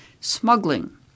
smuggling